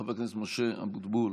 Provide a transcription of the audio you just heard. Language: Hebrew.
חבר הכנסת משה אבוטבול,